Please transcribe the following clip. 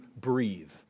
breathe